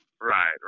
right